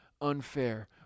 unfair